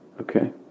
Okay